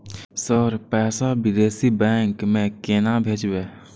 Sir पैसा विदेशी bank में केना भेजबे?